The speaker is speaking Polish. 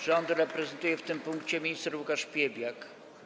Rząd reprezentuje w tym punkcie minister Łukasz Piebiak.